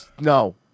No